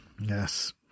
Yes